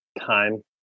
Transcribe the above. time